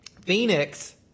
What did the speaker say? Phoenix